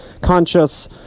conscious